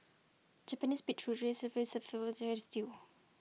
Japanese be true rice service stew